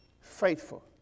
faithful